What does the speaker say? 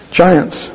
giants